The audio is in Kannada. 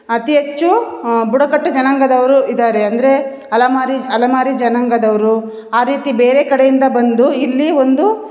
ಅತಿ ಹೆಚ್ಚು ಬುಡಕಟ್ಟು ಜನಾಂಗದವರು ಇದ್ದಾರೆ ಅಂದರೆ ಅಲೆಮಾರಿ ಅಲೆಮಾರಿ ಜನಾಂಗದವರು ಆ ರೀತಿ ಬೇರೆ ಕಡೆಯಿಂದ ಬಂದು ಇಲ್ಲಿ ಒಂದು